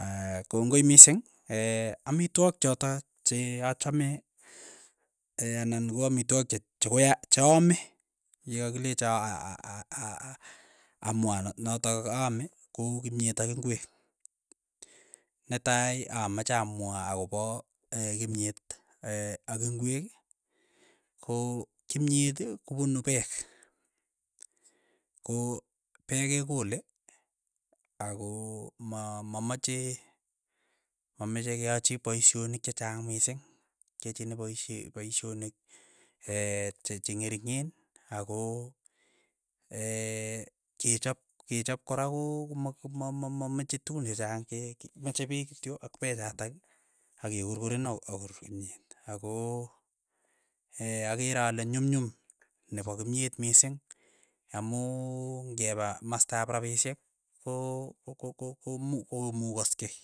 Aya, kongoi mising amitwogik chata che achame anan ko amitwogik che chokoi chaame yekakilecho a- a- a- aamwa notok aame ko kimyet ak ingwek, netai amache amwa akopa kimyet ak ingwek, ko kimyet kopunu peek, ko peek kekole, ako mamache mameche keyachi paishonik chechang mising, kiyachini paishe paishonik che cheng'ering'en ako kechop kechop kora koo koma ma- ma- ma- mamechei tukun chechang, meche peek kityo ak pek chatak ak kekurkuren ako akorur kimyet, ako akeere ale nyumnyum nepo kimyet mising amu ngepa mastap rapishek ko- ko- ko- ko- komu komukaskei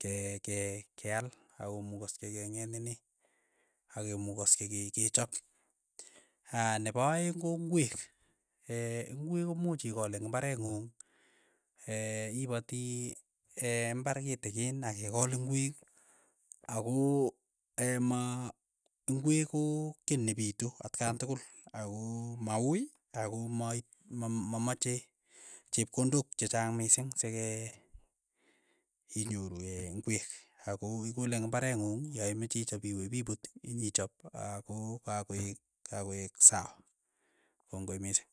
ke- ke- keaal akomukaskei keng'et nini, akomukaskei ke- kechop, aya nepo aeng ko ingwek, ingwek komuch ikool eng' imbaret ng'ung, ipati imbar kitikin akikool ingwek, ako ma ingwek ko kiy nepitu atkan tukul ako mauui, ako ma ma- ma- mache chepkondok chechang mising seke inyoru ing'wek, ako ikole eng imbare ng'ung, ya imache ichap iwe pipuut inyichop ako kakoeek kakoeek sawa, kongoi mising.